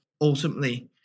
ultimately